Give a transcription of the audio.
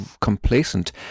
complacent